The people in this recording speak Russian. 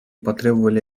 потребовали